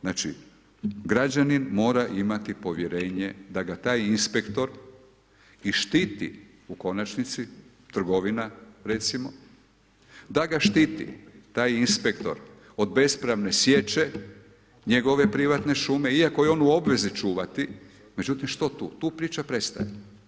Znači građanin mora imati povjerenje da ga taj inspektor i štiti u konačnosti, trgovina recimo, da ga štiti taj inspektor od bespravne sječe njegove privatne šume iako je on u obvezi čuvati, međutim što tu tu priča prestaje.